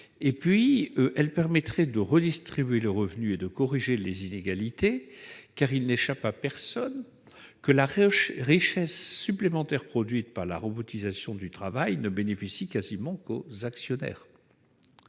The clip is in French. question. Elle permettrait aussi de redistribuer le revenu et de corriger les inégalités, car il n'échappe à personne que la richesse supplémentaire produite grâce à la robotisation du travail ne profite guère qu'aux actionnaires.